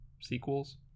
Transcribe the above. sequels